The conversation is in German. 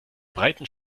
breiten